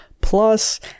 plus